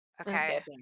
Okay